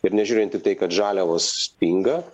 ir nežiūrint į tai kad žaliavos pinga